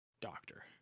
Doctor